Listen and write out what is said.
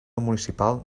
municipal